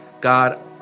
God